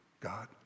God